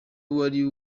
wari